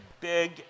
big